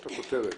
זאת הכותרת,